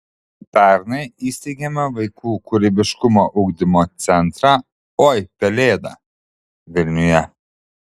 pernai įsteigėme vaikų kūrybiškumo ugdymo centrą oi pelėda vilniuje